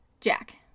Jack